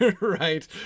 right